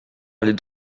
allait